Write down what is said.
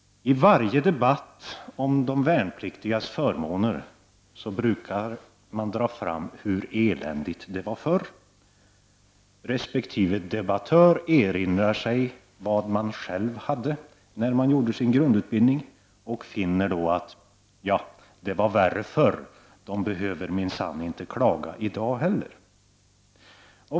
I varje debatt om de värnpliktigas förmåner brukar man dra fram hur eländigt det var förr. Resp. debattör erinrar sig vad han själv hade när han gjorde sin grundutbildning och finner då att det var värre förr: De behöver minsann inte klaga i dag heller.